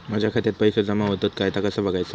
माझ्या खात्यात पैसो जमा होतत काय ता कसा बगायचा?